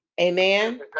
Amen